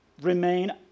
remain